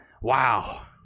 Wow